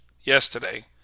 yesterday